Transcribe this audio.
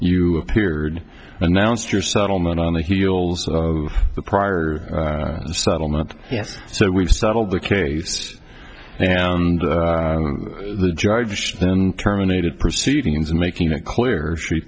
you appeared announced your settlement on the heels of the prior settlement yes so we've settled the case and the judge then terminated proceedings making it clear she